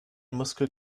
muskel